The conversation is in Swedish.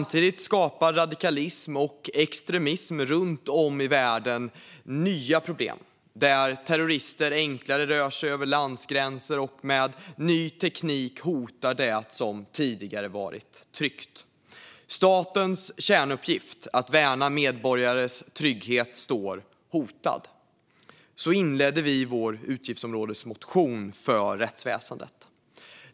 Samtidigt skapar radikalism och extremism runt om i världen nya problem, där terrorister enklare rör sig över landsgränser och med ny teknik hotar det som tidigare varit tryggt. Statens kärnuppgift, att värna medborgarnas trygghet, står hotad." Så inledde vi vår utgiftsområdesmotion för rättsväsendet.